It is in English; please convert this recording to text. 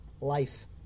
life